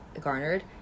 garnered